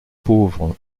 pauvre